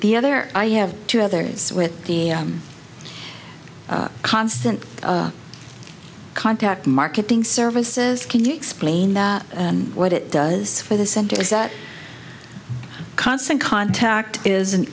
the other i have two others with the constant contact marketing services can you explain that what it does for the center is that constant contact is an